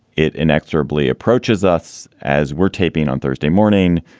it inexorably approaches us as we're taping on thursday morning.